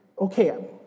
okay